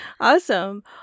Awesome